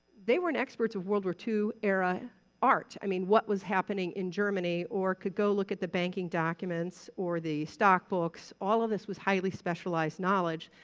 they weren't experts of world war ii-era art. i mean, what was happening in germany or could go look at the banking documents or the stock books. all of this was highly specialized knowledge,